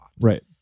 Right